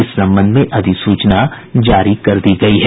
इस संबंध में अधिसूचना जारी कर दी गयी है